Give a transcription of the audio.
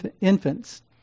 infants